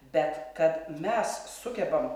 bet kad mes sugebam